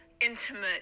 intimate